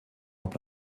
auch